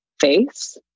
face